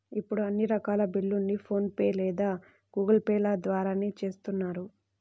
ఇప్పుడు అన్ని రకాల బిల్లుల్ని ఫోన్ పే లేదా గూగుల్ పే ల ద్వారానే చేత్తన్నారు